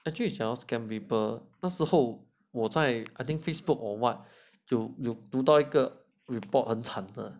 actually you cannot scam people 那时候我在 I think Facebook or what 有有读到一个 report 很惨的